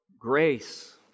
grace